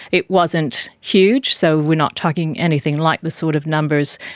it wasn't huge, so we're not talking anything like the sort of numbers,